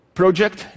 project